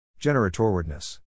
Generatorwardness